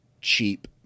cheap